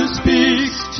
speaks